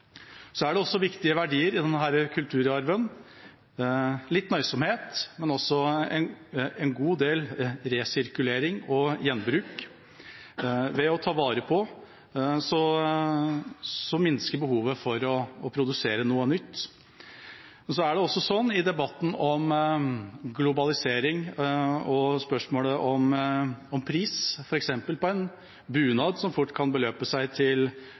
Så jeg er veldig glad for at komiteen enstemmig ber regjeringa om å styrke lærlingordningen ytterligere for de små og viktige håndverksfagene. Viktige verdier i denne kulturarven er også nøysomhet og en god del resirkulering og gjenbruk. Ved å ta vare på minsker man behovet for å produsere noe nytt. I debatten om globalisering og spørsmålet om pris – f.eks. på en bunad, som fort kan beløpe seg til